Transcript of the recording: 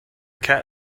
cat